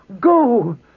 go